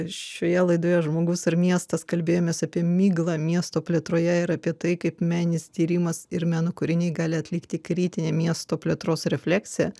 šioje laidoje žmogus ir miestas kalbėjomės apie miglą miesto plėtroje ir apie tai kaip meninis tyrimas ir meno kūriniai gali atlikti kritinę miesto plėtros refleksiją